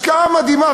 השקעה מדהימה.